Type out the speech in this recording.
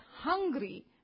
hungry